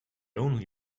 only